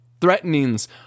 Threatenings